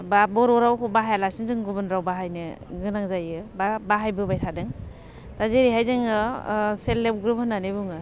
बा बर' रावखौ बाहायालासेनो जों गुबुन राव बाहायनो गोनां जायो बा बाहायबोबाय थादों दा जेरैहाय जोङो सेल्फ हेल्प ग्रुप होननानै बुङो